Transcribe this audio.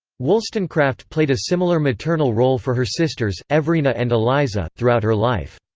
wollstonecraft played a similar maternal role for her sisters, everina and eliza, throughout her life.